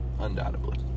Undoubtedly